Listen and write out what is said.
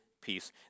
peace